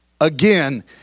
again